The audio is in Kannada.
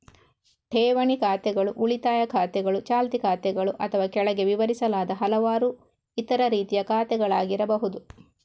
ಠೇವಣಿ ಖಾತೆಗಳು ಉಳಿತಾಯ ಖಾತೆಗಳು, ಚಾಲ್ತಿ ಖಾತೆಗಳು ಅಥವಾ ಕೆಳಗೆ ವಿವರಿಸಲಾದ ಹಲವಾರು ಇತರ ರೀತಿಯ ಖಾತೆಗಳಾಗಿರಬಹುದು